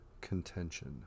contention